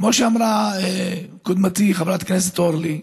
כמו שאמרה קודמתי, חברת הכנסת אורלי,